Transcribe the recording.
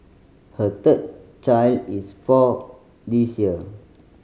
her third child is four this year